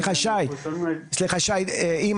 אנחנו